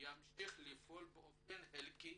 ימשיך לפעול באופן חלקי